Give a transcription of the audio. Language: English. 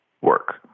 work